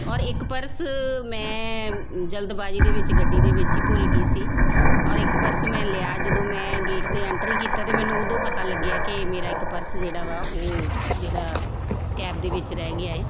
ਔਰ ਇੱਕ ਪਰਸ ਮੈਂ ਜਲਦਬਾਜ਼ੀ ਦੇ ਵਿੱਚ ਗੱਡੀ ਦੇ ਵਿੱਚ ਹੀ ਭੁੱਲ ਗਈ ਸੀ ਔਰ ਇੱਕ ਪਰਸ ਮੈਂ ਲਿਆ ਜਦੋਂ ਮੈਂ ਗੇਟ ਦੇ ਐਂਟਰੀ ਕੀਤਾ ਤਾਂ ਮੈਨੂੰ ਉਦੋਂ ਪਤਾ ਲੱਗਿਆ ਕਿ ਮੇਰਾ ਇੱਕ ਪਰਸ ਜਿਹੜਾ ਵਾ ਉਹ ਜਿਹੜਾ ਕੈਬ ਦੇ ਵਿੱਚ ਰਹਿ ਗਿਆ ਹੈ